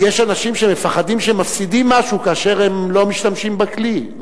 יש אנשים שמפחדים שהם מפסידים משהו כאשר הם לא משתמשים בכלי,